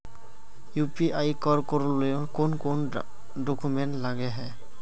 UPI कर करावेल कौन कौन डॉक्यूमेंट लगे है?